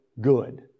good